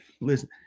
listen